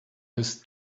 his